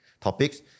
topics